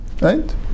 right